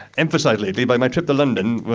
emphasised lately by my trip to london,